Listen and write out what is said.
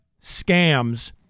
scams